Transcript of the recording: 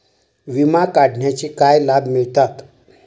विमा काढण्याचे काय लाभ मिळतात?